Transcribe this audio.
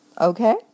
Okay